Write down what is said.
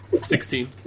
Sixteen